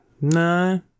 No